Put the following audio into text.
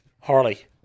Harley